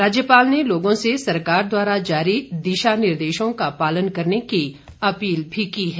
राज्यपाल ने लोगों से सरकार द्वारा जारी दिशा निर्देशों का पालन करने की अपील भी की है